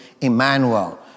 Emmanuel